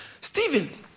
Stephen